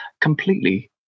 completely